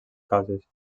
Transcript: cases